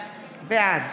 בעד